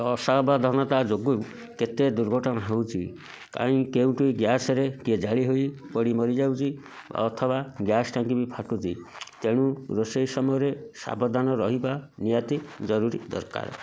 ଅସାବଧାନତା ଯୋଗୁଁ କେତେ ଦୁର୍ଘଟଣା ହେଉଛି କାହିଁ କେଉଁଠି ଗ୍ୟାସରେ କିଏ ଜାଳି ହୋଇ ପୋଡ଼ି ମରିଯାଉଛି ଅଥବା ଗ୍ୟାସ ଟାଙ୍କି ବି ଫାଟୁଛି ତେଣୁ ରୋଷେଇ ସମୟରେ ସାବଧାନ ରହିବା ନିହାତି ଜରୁରୀ ଦରକାର